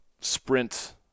sprint